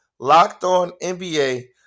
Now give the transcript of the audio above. LockedOnNBA